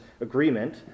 agreement